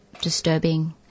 disturbing